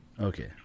okay